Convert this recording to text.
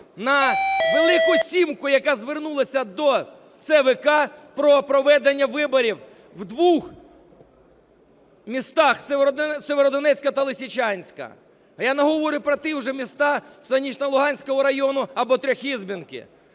на "Велику сімку", яка звернулася до ЦВК про проведення виборів в двох містах – Сєвєродонецьку та Лисичанську. Я не говорю про ті вже міста Станично-Луганського району або Трьохізбенки.